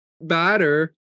batter